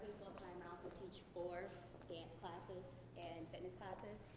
full time i also teach four dance classes and fitness classes.